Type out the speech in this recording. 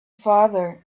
farther